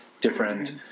different